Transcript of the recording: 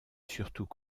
surtout